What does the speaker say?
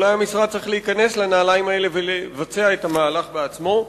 אולי המשרד צריך להיכנס לנעליים האלה ולבצע את המהלך בעצמו.